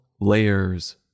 layers